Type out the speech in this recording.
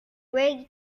ready